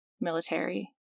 military